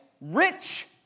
rich